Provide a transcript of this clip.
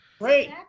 Great